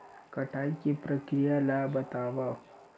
कटाई के प्रक्रिया ला बतावव?